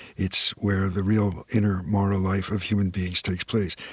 it's where the real inner moral life of human beings takes place.